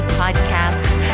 podcasts